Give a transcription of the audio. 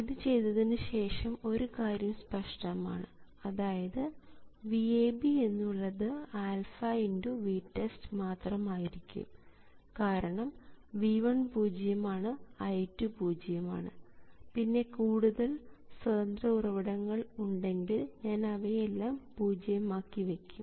ഇത് ചെയ്തതിനുശേഷം ഒരു കാര്യം സ്പഷ്ടമാണ് അതായത് VAB എന്നുള്ളത് α × VTEST മാത്രം ആയിരിക്കും കാരണം V1 പൂജ്യമാണ് I2 പൂജ്യമാണ് പിന്നെ കൂടുതൽ സ്വതന്ത്ര ഉറവിടങ്ങൾ ഉണ്ടെങ്കിൽ ഞാൻ അവയെല്ലാം പൂജ്യം ആക്കി വെക്കും